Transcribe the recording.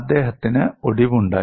അദ്ദേഹത്തിന് ഒടിവുണ്ടായി